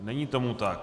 Není tomu tak.